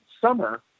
summer